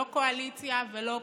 לא קואליציה ולא אופוזיציה.